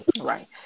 right